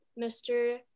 Mr